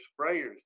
sprayers